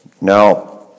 Now